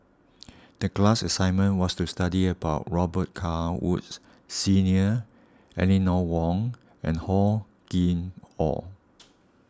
the class assignment was to study about Robet Carr Woods Senior Eleanor Wong and Hor Chim or